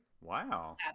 Wow